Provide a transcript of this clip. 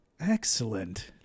Excellent